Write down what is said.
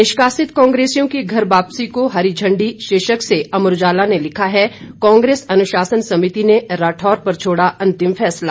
निष्कासित कांग्रेसियों की घर वापसी को हरी झंडी शीर्षक से अमर उजाला ने लिखा है कांग्रेस अनुशासन समिति ने राठौर पर छोड़ा अंतिम फैसला